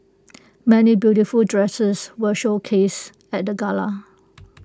many beautiful dresses were showcased at the gala